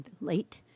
late